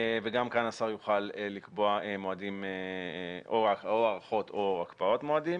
וגם כאן השר יוכל לקבוע או הארכות או הקפאות מועדים.